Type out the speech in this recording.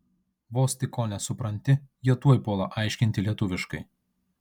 vos tik ko nesupranti jie tuoj puola aiškinti lietuviškai